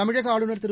தமிழக ஆளுநர் திரு